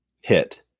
hit